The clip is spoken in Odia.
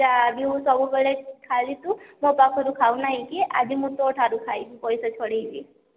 ଯାହା ବି ହଉ ସବୁବେଳେ ଖାଲି ତୁ ମୋ ପାଖରୁ ଖାଉ ନାଇ କି ଆଜି ମୁଁ ତୋ ଠାରୁ ଖାଇବି ପଇସା ଝଡ଼େଇକି